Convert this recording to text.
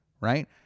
right